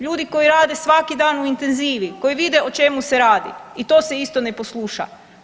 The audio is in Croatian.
Ljudi koji rade svaki dan u intenzivi koji vide o čemu se radi i to se isto ne posluša.